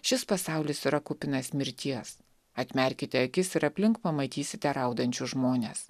šis pasaulis yra kupinas mirties atmerkite akis ir aplink pamatysite raudančius žmones